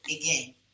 again